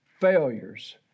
failures